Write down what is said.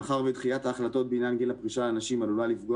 מאחר שדחיית ההחלטות בעניין גיל הפרישה לנשים עלולה לפגוע